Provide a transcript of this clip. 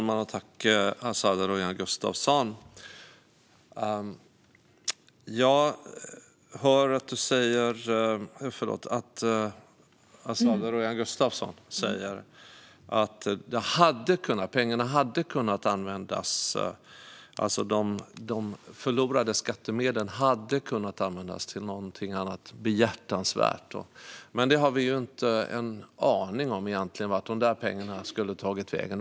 Fru talman! Azadeh Rojhan Gustafsson säger att pengarna, de förlorade skattemedlen, hade kunnat användas till någonting annat behjärtansvärt. Men egentligen har vi ju ingen aning om vart de pengarna skulle ha tagit vägen.